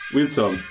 Wilson